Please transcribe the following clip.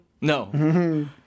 No